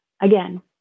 again